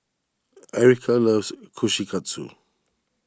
Ericka loves Kushikatsu